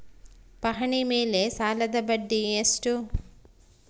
ಪಹಣಿ ಮೇಲೆ ಸಾಲದ ಬಡ್ಡಿ ಎಷ್ಟು?